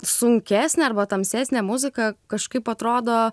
sunkesnė arba tamsesnė muzika kažkaip atrodo